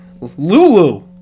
Lulu